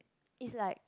is like